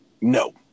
No